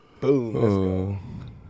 boom